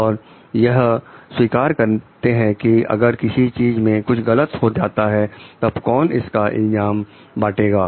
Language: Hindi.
और यह स्वीकार करते हैं कि अगर किसी चीज में कुछ गलत हो जाता है तब कौन इसका इल्जाम बॉटेगा